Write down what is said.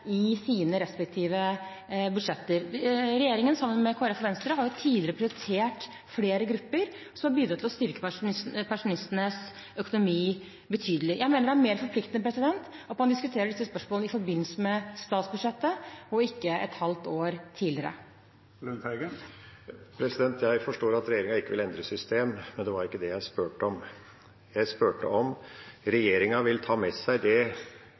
i sine respektive budsjetter. Regjeringen har. sammen med Kristelig Folkeparti og Venstre, tidligere prioritert flere grupper, som har bidratt til å styrke pensjonistenes økonomi betydelig. Jeg mener det er mer forpliktende at man diskuterer disse spørsmålene i forbindelse med statsbudsjettet og ikke et halvt år tidligere. Jeg forstår at regjeringa ikke vil endre system, men det var ikke det jeg spurte om. Jeg spurte om regjeringa vil ta med seg den beskjeden eller det